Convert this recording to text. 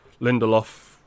Lindelof